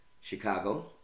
Chicago